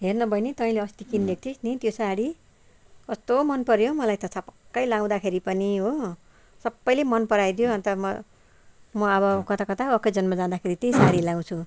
हेर न बहिनी तैँले अस्ति किनिदिएको थिइस् नि त्यो साडी कस्तो मनपऱ्यो हो मलाई त छपक्कै लाउँदाखेरि पनि हो सबैले मन पराइदियो अन्त म म अब कता कता ओकेजनमा जाँदाखेरि त्यही साडी लगाउँछु